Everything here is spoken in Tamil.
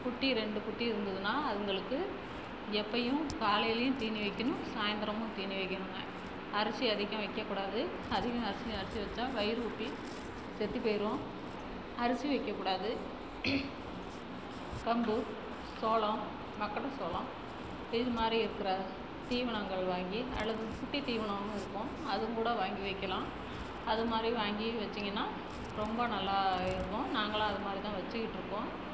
குட்டி ரெண்டு குட்டி இருந்ததுன்னால் அதுங்களுக்கு எப்பயும் காலையிலேயும் தீனி வைக்கணும் சாயந்தரமும் தீனி வைக்கணுங்க அரிசி அதிகம் வைக்கக்கூடாது அதிகம் அரிசி அரிசி வச்சால் வயிறு உப்பி செத்துப் போயிடும் அரிசி வைக்கக்கூடாது கம்பு சோளம் மக்காட சோளம் இது மாதிரி இருக்கிற தீவனங்கள் வாங்கி அல்லது சுட்டித் தீவனன்னு இருக்கும் அதுக்கூட வாங்கி வைக்கலாம் அது மாதிரி வாங்கி வச்சீங்கன்னால் ரொம்ப நல்லா இருக்கும் நாங்களாக அது மாதிரி தான் வச்சிக்கிட்டு இருக்கோம்